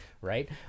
right